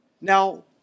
Now